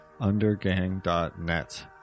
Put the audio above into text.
undergang.net